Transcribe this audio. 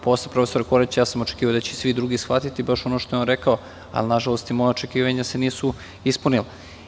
Posle profesora Koraća, ja sam očekivao da će svi drugi shvatiti baš ono što je on rekao, ali, nažalost, moja očekivanja se nisu ispunila.